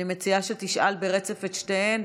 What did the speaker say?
אני מציעה שתשאל ברצף את שתיהן,